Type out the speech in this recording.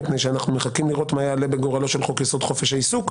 מפני שאנחנו מחכים לראות מה יעלה בגורלו של חוק-יסוד: חופש העיסוק,